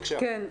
בבקשה.